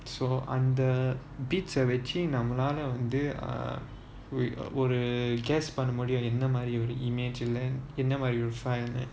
so அந்த:antha bits வச்சு நம்மளால வந்து ஒரு:vachu nammalaala vanthu oru guess பண்ண முடியும் என்ன மாதிரி ஒரு:panna mudiyum enna maathiri oru image என்ன மாதிரி ஒரு:enna maathiri oru refile them